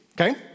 Okay